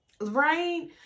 Right